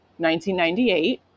1998